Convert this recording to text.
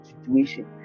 situation